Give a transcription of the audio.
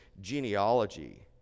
genealogy